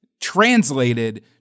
translated